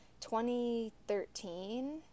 2013